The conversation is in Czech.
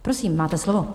Prosím, máte slovo.